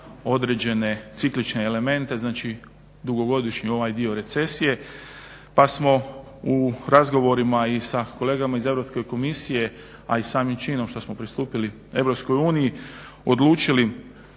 određene ciklične elemente, znači dugogodišnji ovaj dio recesije, pa smo u razgovorima i sa kolega iz Europske komisije, a i samim činom što smo pristupili EU odlučili